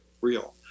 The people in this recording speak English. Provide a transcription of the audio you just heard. real